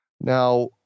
Now